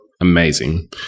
Amazing